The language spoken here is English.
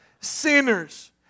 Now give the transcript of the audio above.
sinners